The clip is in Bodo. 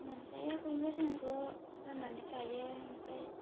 मोनजायो बयबो जों ज' रान्नानै जायो ओमफाय